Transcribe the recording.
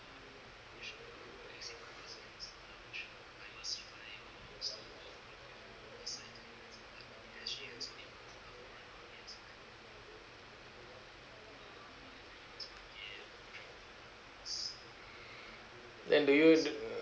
then do you do